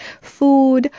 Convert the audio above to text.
food